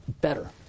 better